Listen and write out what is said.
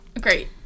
Great